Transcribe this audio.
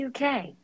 UK